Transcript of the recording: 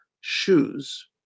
shoes